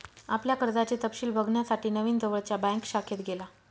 आपल्या कर्जाचे तपशिल बघण्यासाठी नवीन जवळच्या बँक शाखेत गेला